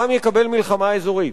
העם יקבל מלחמה אזורית.